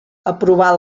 aprovar